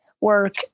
work